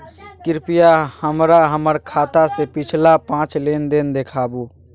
कृपया हमरा हमर खाता से पिछला पांच लेन देन देखाबु